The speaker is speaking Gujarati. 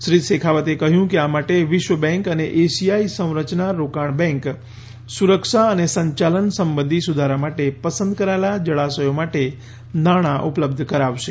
શ્રી શેખાવતે કહ્યું કે આ માટે વિશ્વ બેંક અને એશિયાઈ સંરચનાં રોકાણ બેંક સુરક્ષા અને સંચાલન સંબંધીત સુધારા માટે પસંદ કરાયેલાં જળાશયો માટે નાણાં ઉપલબ્ધ કરાવશે